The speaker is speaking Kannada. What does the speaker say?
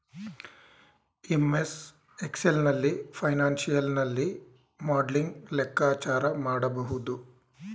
ಎಂ.ಎಸ್ ಎಕ್ಸೆಲ್ ನಲ್ಲಿ ಫೈನಾನ್ಸಿಯಲ್ ನಲ್ಲಿ ಮಾಡ್ಲಿಂಗ್ ಲೆಕ್ಕಾಚಾರ ಮಾಡಬಹುದು